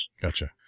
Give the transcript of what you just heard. gotcha